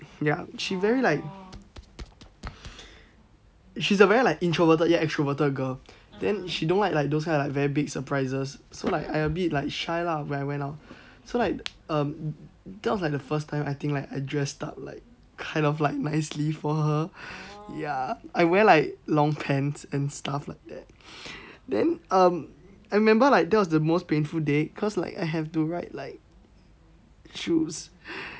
ya she very like she's a very like introverted yet extroverted girl then she don't like those kind like very big surprises so like I bit like shy lah when I went out so like um that was like the first time I think like I dressed up like kind of like nicely for her ya I wear like long pants and stuff like that then um I remember like that was the most painful day cause like I have to write like shoes